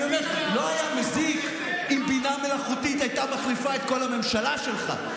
לא היה מזיק אם בינה מלאכותית הייתה מחליפה את כל הממשלה שלך,